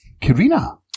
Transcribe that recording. Karina